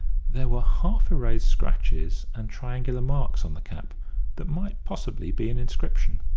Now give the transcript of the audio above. there were half-erased scratches and triangular marks on the cap that might possibly be an inscription.